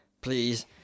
please